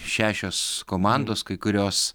šešios komandos kai kurios